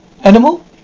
Animal